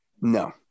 No